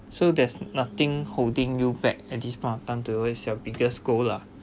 so there's nothing holding you back at this point of time to as your biggest goal lah